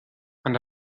and